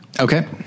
Okay